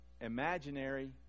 imaginary